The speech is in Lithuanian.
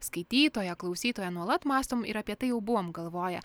skaitytoją klausytoją nuolat mąstom ir apie tai jau buvom galvoję